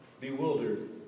bewildered